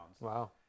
Wow